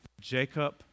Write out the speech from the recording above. Jacob